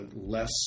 less